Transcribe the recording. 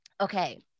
Okay